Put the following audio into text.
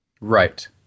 right